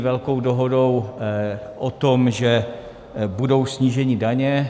Velkou dohodou o tom, že budou sníženy daně.